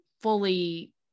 fully